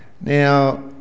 Now